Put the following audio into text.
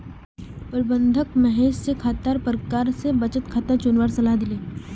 प्रबंधक महेश स खातार प्रकार स बचत खाता चुनवार सलाह दिले